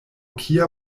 kia